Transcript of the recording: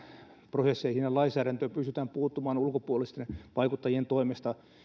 prosesseihin ja lainsäädäntöön pystytään puuttumaan ulkopuolisten vaikuttajien toimesta